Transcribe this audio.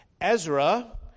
Ezra